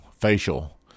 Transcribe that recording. Facial